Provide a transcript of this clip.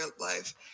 life